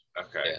Okay